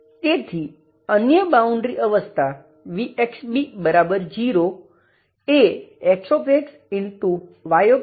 તેથી અન્ય બાઉન્ડ્રી અવસ્થા vxb0 એ Xx